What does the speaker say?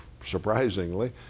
surprisingly